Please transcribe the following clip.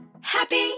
Happy